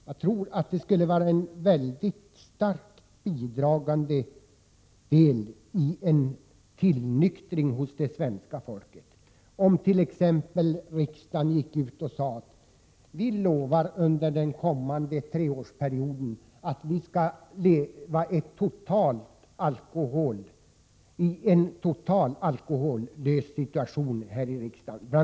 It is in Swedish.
Jag tror att det skulle ha stor betydelse för en tillnyktring hos det svenska folket om riksdagen sade: Vi lovar att alla våra ledamöter under den kommande treårsperioden skall leva i en totalt alkohollös situation här i riksdagen.